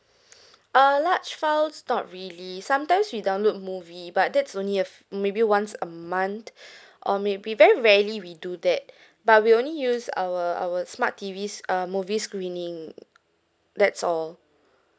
ah large files not really sometimes we download movie but that's only if maybe once a month or maybe very rarely we do that but we only use our our smart T_Vs uh movie screening that's all